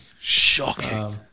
Shocking